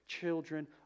children